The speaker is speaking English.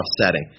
setting